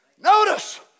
notice